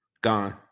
Gone